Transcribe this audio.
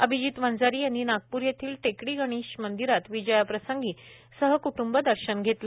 अभिजित वंजारी यांनी नागपूर येथील टेकडी गणेश मंदीरात विजयाप्रसंगी सहकुटुंब दर्शन घेतले